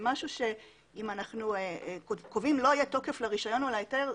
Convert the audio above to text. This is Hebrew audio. אם אנחנו קובעים שלא יהיה תוקף לרישיון או להיתר,